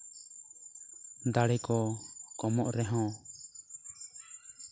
ᱫᱟᱲᱮ ᱠᱚ ᱠᱚᱢᱚᱜ ᱨᱮᱦᱚᱸ